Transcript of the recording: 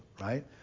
right